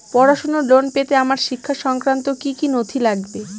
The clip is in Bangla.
পড়াশুনোর লোন পেতে আমার শিক্ষা সংক্রান্ত কি কি নথি লাগবে?